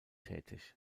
tätig